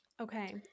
Okay